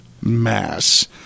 mass